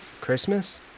Christmas